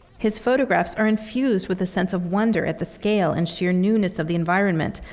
his photographs are infused with a sense of wonder at the scale and sheer newness of the environment,